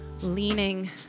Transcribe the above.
leaning